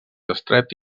estret